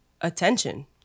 attention